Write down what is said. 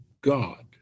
God